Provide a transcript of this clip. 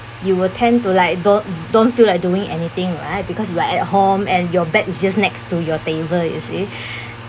you will tend to like don't don't feel like doing anything right because you are at home and your bed it's just next to your table you see